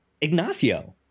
ignacio